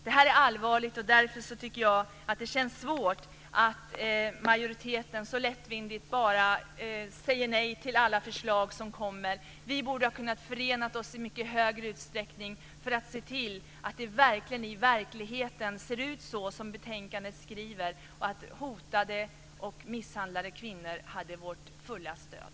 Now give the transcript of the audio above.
Det här är allvarligt, och jag tycker därför att det känns svårt att majoriteten så lättvindigt bara säger nej till alla de förslag som läggs fram. Vi borde i mycket större utsträckning ha kunnat förena oss om att se till att det i verkligheten blir så som det skrivs i betänkandet, dvs. att hotade och misshandlade kvinnor har vårt fulla stöd.